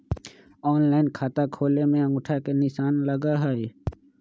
Online खाता खोले में अंगूठा के निशान लगहई?